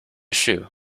shoe